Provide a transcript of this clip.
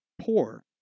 poor